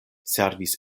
servis